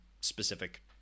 specific